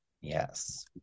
Yes